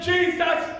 Jesus